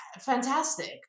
fantastic